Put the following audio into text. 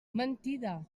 mentida